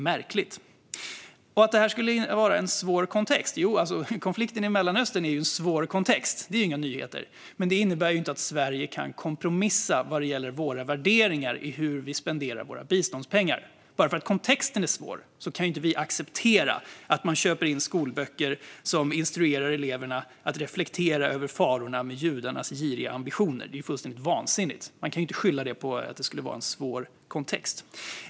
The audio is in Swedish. När det gäller att det skulle vara en svår kontext är konflikten i Mellanöstern en svår kontext - det är inga nyheter - men det innebär inte att Sverige kan kompromissa med våra värderingar när vi spenderar våra biståndspengar. Bara för att kontexten är svår kan vi inte acceptera att man köper in skolböcker som instruerar eleverna att reflektera över farorna med judarnas giriga ambitioner. Det är ju fullständigt vansinnigt. Man kan inte skylla det på att det skulle vara en svår kontext.